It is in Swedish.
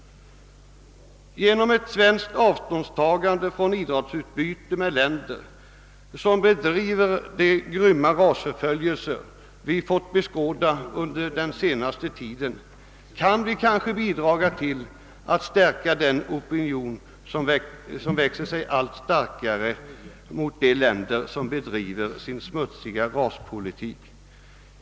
Genom ett svenskt avståndstagande från idrottsutbyte med länder, som bedriver de grymma rasförföljelser vi måst bevittna under den senaste tiden, kan vi kanske bidraga till att stärka den allt mera växande opinionen mot de länder som bedriver sin smutsiga raspolitik.